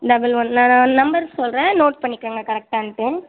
double one நான் நான் number சொல்கிறேன் நோட் பண்ணிக்கோங்க கரெக்டான்ட்டு